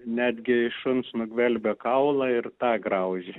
netgi iš šuns nugvelbė kaulą ir tą graužė